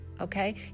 Okay